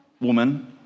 woman